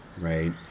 right